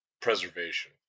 preservation